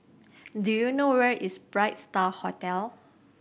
do you know where is Bright Star Hotel